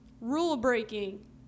Rule-breaking